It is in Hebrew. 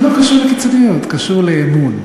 לא קשור לקיצוניות, קשור לאמון.